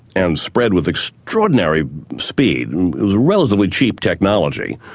and spread with extraordinary speed. and it was a relatively cheap technology,